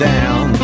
down